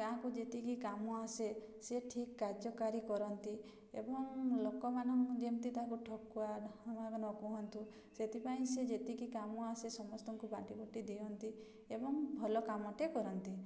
ଗାଁକୁ ଯେତିକି କାମ ଆସେ ସେ ଠିକ୍ କାର୍ଯ୍ୟକାରୀ କରନ୍ତି ଏବଂ ଲୋକମାନଙ୍କୁ ଯେମିତି ତାକୁ ଠକୁଆ ନ କୁହନ୍ତୁ ସେଥିପାଇଁ ସେ ଯେତିକି କାମ ଆସେ ସମସ୍ତଙ୍କୁ ବାଣ୍ଟିକୁଟି ଦିଅନ୍ତି ଏବଂ ଭଲ କାମଟେ କରନ୍ତି